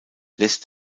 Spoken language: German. lässt